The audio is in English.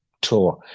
tour